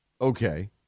Okay